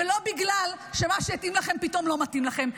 ולא בגלל שמה שהתאים לכם פתאום לא מתאים לכם.